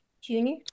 Junior